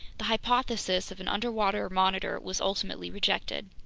the hypothesis of an underwater monitor was ultimately rejected.